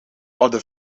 other